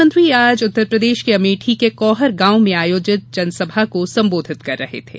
प्रधानमंत्री आज अमेठी के कौहर गांव में आयोजित जनसभा को संबोधित कर रहे थे